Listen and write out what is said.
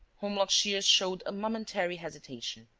holmlock shears showed a momentary hesitation.